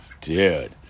dude